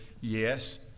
yes